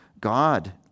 God